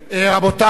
רבותי,